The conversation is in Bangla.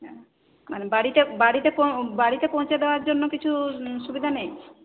হ্যাঁ মানে বাড়িতে বাড়িতে বাড়িতে পৌঁছে দেওয়ার জন্য কিছু সুবিধা নেই